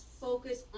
focus